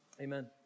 Amen